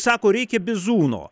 sako reikia bizūno